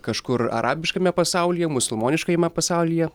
kažkur arabiškame pasaulyje musulmoniškajame pasaulyje